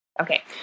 Okay